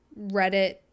Reddit